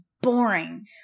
boring